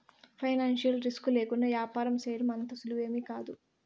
financial risk లేకుండా యాపారం సేయడం అంత సులువేమీకాదు